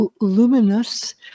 luminous